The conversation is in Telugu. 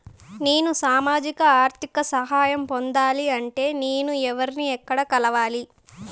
నేను సామాజిక ఆర్థిక సహాయం పొందాలి అంటే నేను ఎవర్ని ఎక్కడ కలవాలి?